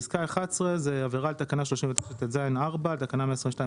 פסקה (11) זה עבירה על תקנה 39טז(4) או על תקנה 122ב(ב)